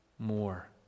More